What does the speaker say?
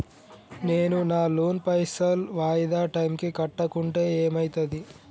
నేను నా లోన్ పైసల్ వాయిదా టైం కి కట్టకుంటే ఏమైతది?